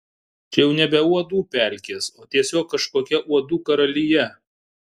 čia jau nebe uodų pelkės o tiesiog kažkokia uodų karalija